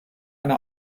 eine